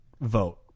vote